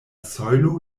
sojlo